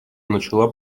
начала